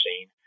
seen